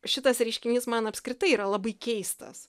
šitas reiškinys man apskritai yra labai keistas